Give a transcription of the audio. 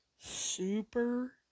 super